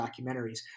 documentaries